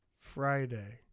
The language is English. Friday